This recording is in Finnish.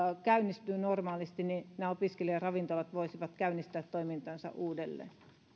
käynnistyy normaalisti nämä opiskelijaravintolat voisivat käynnistää toimintansa uudelleen